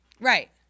Right